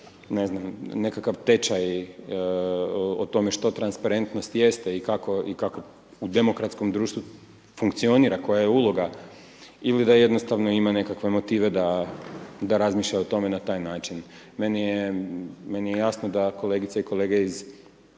ne znam, nekakav tečaj o tome što transparentnost jeste i kako u demokratskom društvu funkcionira, koja je uloga ili da jednostavno ima nekakve motive da razmišlja o tome na taj način. Meni je jasno da kolegice i kolege iz